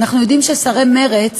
אנחנו יודעים ששרי מרצ